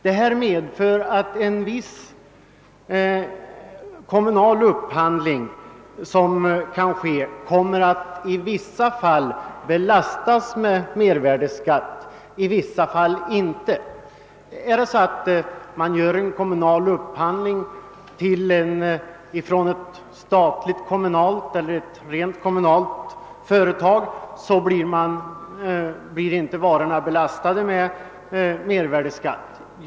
Detta medför att kommunal upphandling i en del fall kommer att belastas med: mervärdeskatt, i andra fall inte. Om ett statligt-kommunalt eller ett rent kommunalt företag gör en kommunal upphandling, belastas varorna inte med mervärdeskatt.